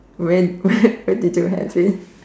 where where where did you have it